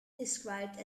described